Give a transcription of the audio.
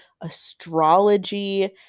astrology